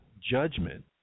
judgment